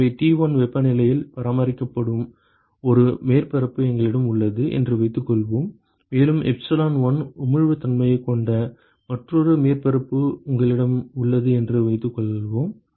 எனவே T1 வெப்பநிலையில் பராமரிக்கப்படும் ஒரு மேற்பரப்பு எங்களிடம் உள்ளது என்று வைத்துக்கொள்வோம் மேலும் எப்சிலோன் 1 உமிழ்வுத்தன்மை கொண்ட மற்றொரு மேற்பரப்பு உங்களிடம் உள்ளது என்று வைத்துக்கொள்வோம்